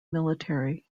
military